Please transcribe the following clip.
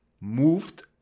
moved